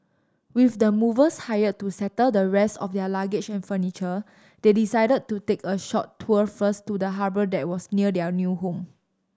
with the movers hired to settle the rest of their luggage and furniture they decided to take a short tour first of the harbour that was near their new home